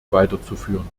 weiterzuführen